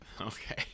Okay